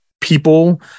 people